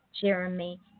Jeremy